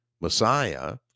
Messiah